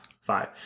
Five